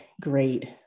great